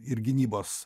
ir gynybos